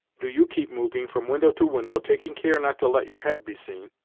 do you keep moving from window to window, taking care not to let your head be seen,